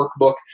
workbook